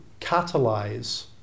catalyze